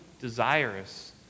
desirous